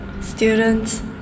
Students